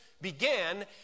began